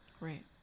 right